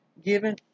Given